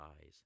eyes